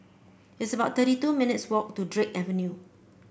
it's about thirty two minutes' walk to Drake Avenue